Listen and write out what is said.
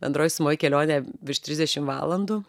bendroj sumoj kelionė virš trisdešim valandų